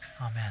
Amen